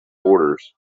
borders